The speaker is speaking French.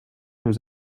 nous